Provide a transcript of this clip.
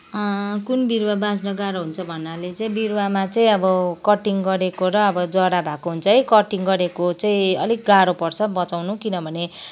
कुन बिरुवा बाँच्न गाह्रो हुन्छ भन्नाले चाहिँ बिरुवामा चाहिँ अब कटिङ गरेको र जरा भएको हुन्छ है कटिङ गरेको चाहिँ अलिक गाह्रो पर्छ बचाउनु किनभने